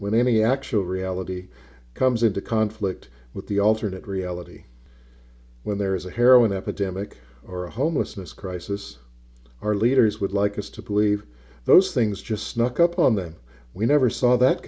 when any actual reality comes into conflict with the alternate reality when there is a heroin epidemic or a homelessness crisis our leaders would like us to believe those things just snuck up on them we never saw that